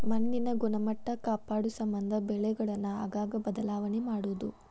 ಮಣ್ಣಿನ ಗುಣಮಟ್ಟಾ ಕಾಪಾಡುಸಮಂದ ಬೆಳೆಗಳನ್ನ ಆಗಾಗ ಬದಲಾವಣೆ ಮಾಡುದು